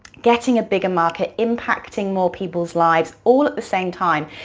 getting a bigger market, impacting more people's lives, all at the same time,